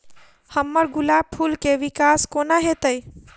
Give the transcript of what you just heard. हम्मर गुलाब फूल केँ विकास कोना हेतै?